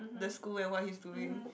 the school and what he's doing